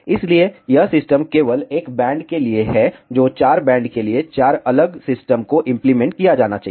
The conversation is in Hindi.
इसलिए यह सिस्टम केवल एक बैंड के लिए है और 4 बैंड के लिए 4 अलग सिस्टम को इंप्लीमेंट किया जाना है